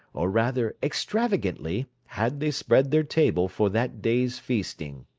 or rather extravagantly, had they spread their table for that day's feasting.